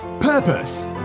purpose